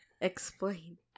explain